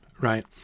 right